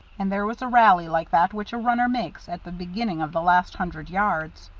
and there was a rally like that which a runner makes at the beginning of the last hundred yards.